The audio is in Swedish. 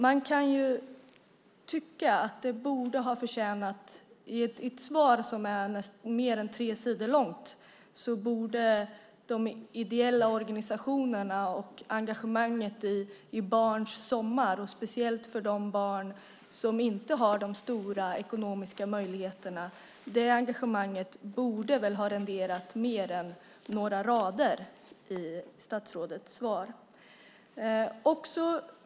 Man kan tycka att i ett svar som är mer än tre sidor långt borde de ideella organisationernas engagemang i barns sommar - det gäller speciellt de barn som inte har de goda ekonomiska möjligheterna - ha renderat mer än några rader från statsrådet.